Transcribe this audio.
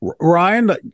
Ryan